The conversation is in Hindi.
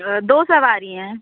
दो सवारी है